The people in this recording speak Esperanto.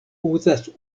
uzas